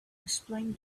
explain